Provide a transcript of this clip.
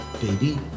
baby